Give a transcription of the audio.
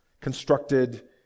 constructed